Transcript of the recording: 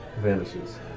vanishes